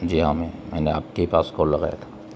جی ہاں میں میں نے آپ کے پاس کال لگایا تھا